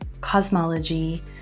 cosmology